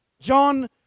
John